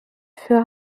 für